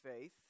faith